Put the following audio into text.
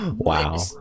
wow